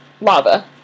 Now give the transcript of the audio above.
lava